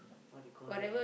what do you call that ah